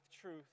truth